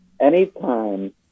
anytime